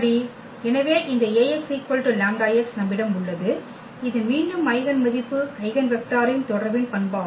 எனவே இந்த Ax λx நம்மிடம் உள்ளது இது மீண்டும் ஐகென் மதிப்பு ஐகென் வெக்டரின் தொடர்பின் பண்பாகும்